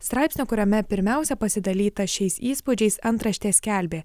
straipsnio kuriame pirmiausia pasidalyta šiais įspūdžiais antraštė skelbė